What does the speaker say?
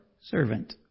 servant